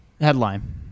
Headline